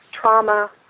trauma